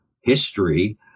history